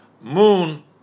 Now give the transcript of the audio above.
moon